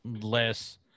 less